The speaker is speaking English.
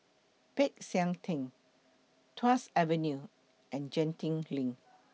Peck San Theng Tuas Avenue and Genting LINK